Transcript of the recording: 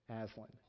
Aslan